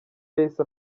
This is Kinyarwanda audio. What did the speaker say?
yahise